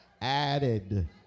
added